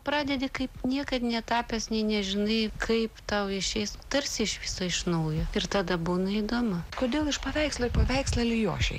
pradedi kaip niekad netapęs nei nežinai kaip tau išeis tarsi iš viso iš naujo ir tada būna įdomu kodėl iš paveikslo į paveikslą alijošiai